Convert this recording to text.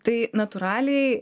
tai natūraliai